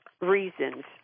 reasons